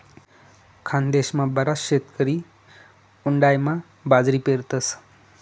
खानदेशमा बराच शेतकरी उंडायामा बाजरी पेरतस